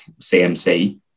CMC